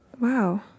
wow